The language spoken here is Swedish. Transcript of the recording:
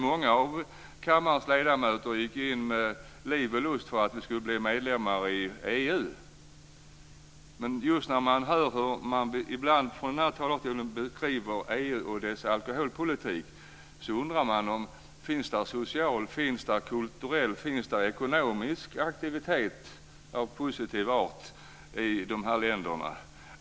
Många av kammarens ledamöter gick in med liv och lust för att vi skulle bli medlemmar i EU. Men när jag hör hur man ibland från den här talarstolen beskriver EU och dess alkoholpolitik undrar jag om det finns social, kulturell och ekonomisk aktivitet av positiv art i de länderna.